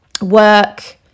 work